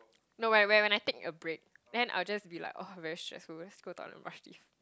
no when when I take a break then I will just be like oh very stressful let's go toilet and brush teeth